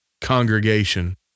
congregation